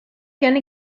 gonna